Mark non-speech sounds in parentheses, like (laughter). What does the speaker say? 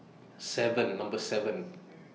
seven Number seven (noise)